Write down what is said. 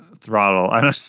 throttle